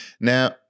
Now